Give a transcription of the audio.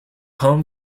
home